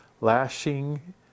lashing